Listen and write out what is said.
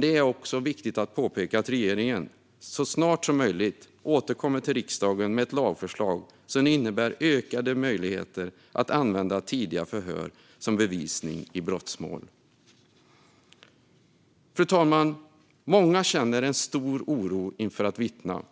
Det är dock viktigt att regeringen så snart som möjligt återkommer till riksdagen med ett lagförslag som innebär ökade möjligheter att använda tidiga förhör som bevisning i brottmål. Fru talman! Många känner en stor oro inför att vittna.